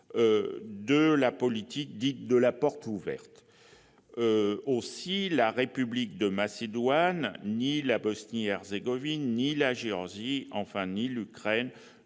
de la politique dite « de la porte ouverte ». Aussi, ni la République de Macédoine, ni la Bosnie-Herzégovine, ni la Géorgie, ni, enfin, l'Ukraine